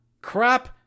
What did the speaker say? Crap